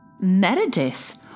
Meredith